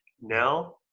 Now